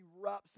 erupts